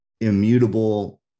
immutable